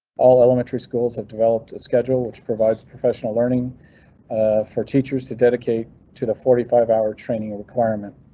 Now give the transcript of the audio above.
all elementary schools have developed a schedule which provides professional learning for teachers to dedicate to the forty five hour training requirement.